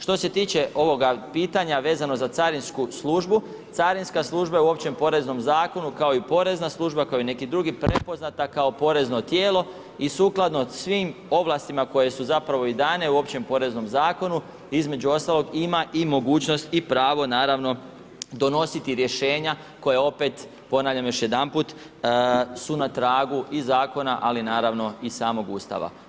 Što se tiče ovoga pitanja vezano za carinsku službu, carinska služba je u općem poreznom zakonu, kao i porezna služba kao i neki drugi prepoznata kao porezno tijelo i sukladno svim ovlastima koje su zapravo i dane u općem poreznom zakonu, između ostalog ima i mogućnost i pravo naravno donositi rješenja koja opet, ponavljam još jedanput, su na tragu i zakona, ali naravno i samog Ustava.